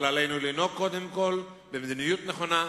אבל עלינו לנהוג קודם כול במדיניות נכונה,